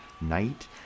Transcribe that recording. night